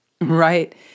right